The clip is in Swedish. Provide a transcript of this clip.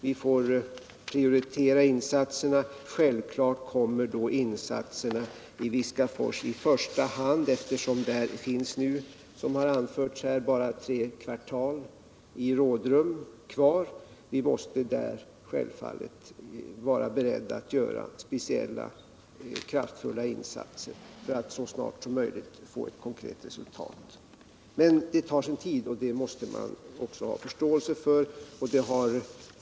Vi får prioritera insatserna, och självfallet kommer då åtgärderna i Viskafors i första hand, eftersom det nu bara — såsom har anförts här — är tre kvartals rådrum. Vi måste vara beredda att där göra speciellt kraftfulla insatser för att så snart som möjligt få ett konkret resultat. Men det tar sin tid, och det måste man också ha förståelse för.